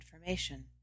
information